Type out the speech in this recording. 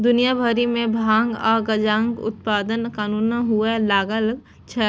दुनिया भरि मे भांग आ गांजाक उत्पादन कानूनन हुअय लागल छै